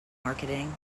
marketing